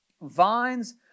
vines